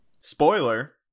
spoiler